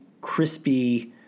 crispy